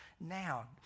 now